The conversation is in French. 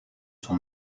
son